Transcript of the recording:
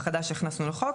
החדש שהכנסנו לחוק.